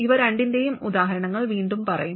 ഇവ രണ്ടിന്റെയും ഉദാഹരണങ്ങൾ വീണ്ടും പറയും